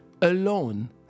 alone